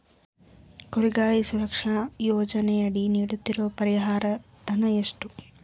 ಕುರಿಗಾಹಿ ಸುರಕ್ಷಾ ಯೋಜನೆಯಡಿ ನೀಡುತ್ತಿರುವ ಪರಿಹಾರ ಧನ ಎಷ್ಟು?